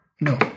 No